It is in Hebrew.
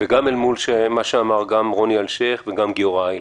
וגם אל מול מה שאמרו רוני אלשייך וגיורא איילנד.